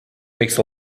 makes